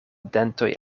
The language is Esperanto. dentoj